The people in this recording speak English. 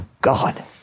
God